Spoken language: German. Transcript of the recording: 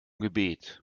gebet